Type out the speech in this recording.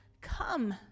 come